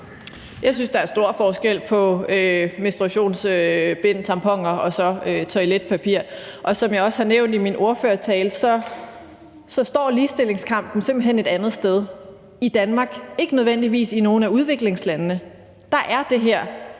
Jeg synes, der er stor forskel på menstruationsbind, tamponer og så toiletpapir. Som jeg også nævnte i min ordførertale, står ligestillingskampen simpelt hen et andet sted i Danmark, men ikke nødvendigvis i nogle af udviklingslandene. Der er det en